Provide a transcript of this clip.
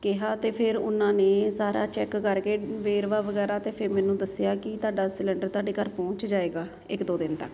ਕਿਹਾ ਅਤੇ ਫਿਰ ਉਹਨਾਂ ਨੇ ਸਾਰਾ ਚੈੱਕ ਕਰਕੇ ਵੇਰਵਾ ਵਗੈਰਾ ਅਤੇ ਫਿਰ ਮੈਨੂੰ ਦੱਸਿਆ ਕਿ ਤੁਹਾਡਾ ਸਲੰਡਰ ਤੁਹਾਡੇ ਘਰ ਪਹੁੰਚ ਜਾਏਗਾ ਇੱਕ ਦੋ ਦਿਨ ਤੱਕ